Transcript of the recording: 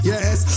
Yes